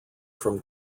from